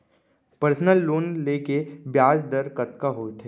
Personal loan ले के ब्याज दर कतका होथे?